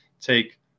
take